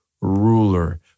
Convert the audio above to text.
ruler